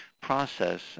process